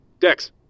Dex